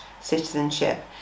citizenship